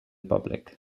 public